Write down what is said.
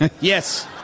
Yes